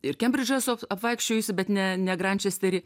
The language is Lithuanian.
ir kembridžą esu apvaikščiojusi bet ne ne grančesterį